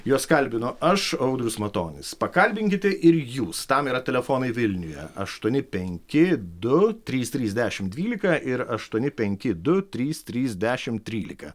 juos kalbinu aš audrius matonis pakalbinkite ir jūs tam yra telefonai vilniuje aštuoni penki du trys trys dešim dvylika ir aštuoni penki du trys trys dešim trylika